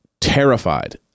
terrified